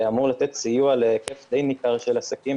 אמור לתת סיוע להיקף די ניכר של עסקים,